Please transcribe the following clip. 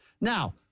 Now